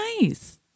nice